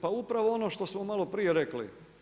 Pa upravo ono što smo malo prije rekli.